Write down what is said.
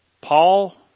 Paul